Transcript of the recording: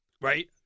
Right